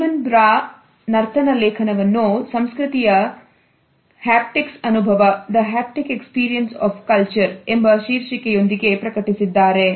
Simon ಬ್ರಾ ನರ್ತನ ಲೇಖನವನ್ನು ಸಂಸ್ಕೃತಿಯ ಹ್ಯಾಪ್ಟಿಕ್ಸ್ಅನುಭವ ಎಂಬ ಶೀರ್ಷಿಕೆಯೊಂದಿಗೆ ಪ್ರಕಟಿಸಿದ್ದಾರೆ